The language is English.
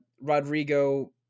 Rodrigo